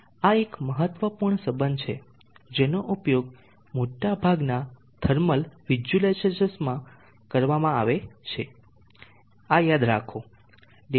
આ એક મહત્વપૂર્ણ સંબંધ છે જેનો ઉપયોગ મોટાભાગના થર્મલ વિઝ્યુલાઇઝેશન માં કરવામાં આવશે આ યાદ રાખો